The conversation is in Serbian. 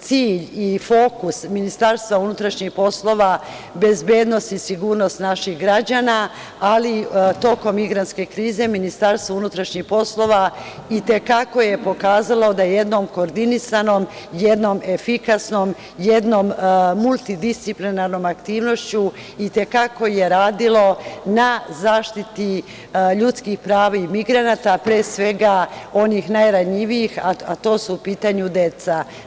cilj i fokus MUP-a bezbednost i sigurnost naših građana, ali tokom migrantske krize MUP i te kako je pokazalo da jednom koordinisanom jednom efikasnom, jednom multidisciplinarnom aktivnošću i te kako je radilo na zaštiti ljudskih prava i migranata, a pre svega, onih najranjivijih a tu su pitanju deca.